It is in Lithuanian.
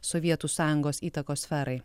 sovietų sąjungos įtakos sferai